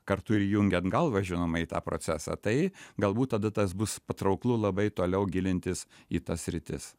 kartu ir įjungiant galvą žinoma į tą procesą tai galbūt tada tas bus patrauklu labai toliau gilintis į tas sritis